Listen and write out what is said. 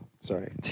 sorry